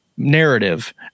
narrative